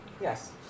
Yes